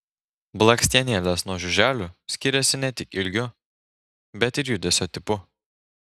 blakstienėlės nuo žiuželių skiriasi ne tik ilgiu bet ir judesio tipu